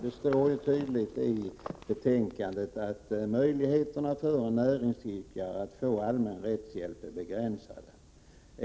Det står tydligt i betänkandet: ”Möjligheterna för en näringsidkare att få allmän rättshjälp är begränsa de.